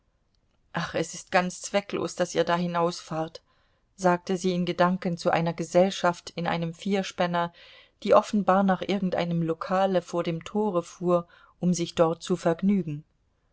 ach es ist ganz zwecklos daß ihr da hinausfahrt sagte sie in gedanken zu einer gesellschaft in einem vierspänner die offenbar nach irgendeinem lokale vor dem tore fuhr um sich dort zu vergnügen